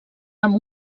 amb